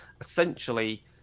essentially